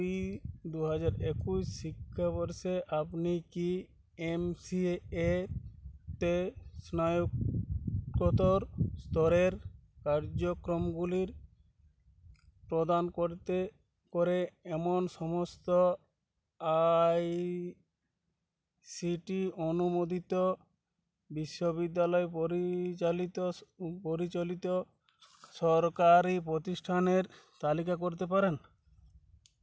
দু হাজার কুড়ি দু হাজার একুশ শিক্ষাবর্ষে আপনি কি এমসিএএতে স্নাতকোত্তর স্তরের কার্যক্রমগুলির প্রদান করতে করে এমন সমস্ত আই সি টি অনুমোদিত বিশ্ববিদ্যালয় পরিচালিত সু পরিচালিত সরকারি প্রতিষ্ঠানের তালিকা করতে পারেন